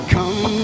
Come